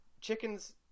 Chickens